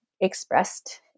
expressed